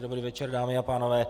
Dobrý večer, dámy a pánové.